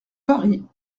paris